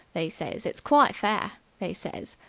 they says, it's quite fair they says,